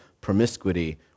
promiscuity